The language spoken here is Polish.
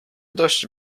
dość